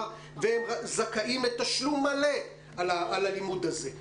והם זכאים לתשלום מלא על הלימוד הזה.